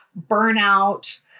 burnout